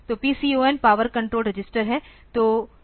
तो PCON power control register है